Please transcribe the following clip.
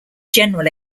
general